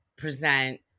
Present